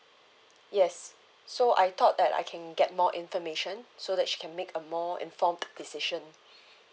yes so I thought that I can get more information so that she can make a more informed decision